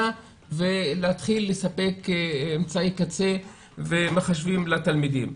ולהתחיל לספק אמצעי קצה ומחשבים לתלמידים.